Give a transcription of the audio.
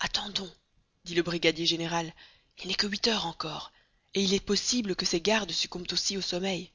attendons dit le brigadier général il n'est que huit heures encore et il est possible que ces gardes succombent aussi au sommeil